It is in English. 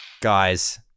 Guys